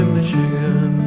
Michigan